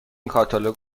کاتالوگ